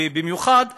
במיוחד כשאנחנו,